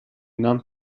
нам